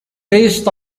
based